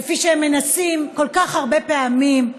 כפי שמנסים כל כך הרבה פעמים,